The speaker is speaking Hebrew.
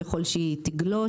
ככל שהיא תגלוש,